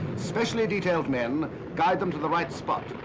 specially detailed men guide them to the right spot.